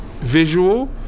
visual